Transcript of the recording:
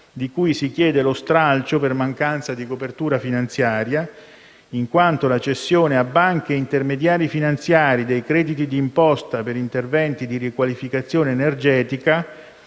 di cui si chiede lo stralcio per mancanza di copertura finanziaria, in quanto la cessione a banche e intermediari finanziari dei crediti d'imposta per interventi di riqualificazione energetica,